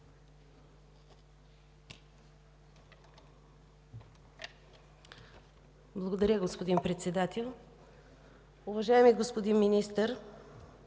Благодаря, господин Председател. Уважаеми господин Министър,